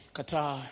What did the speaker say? Qatar